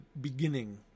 beginning